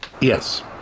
Yes